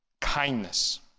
kindness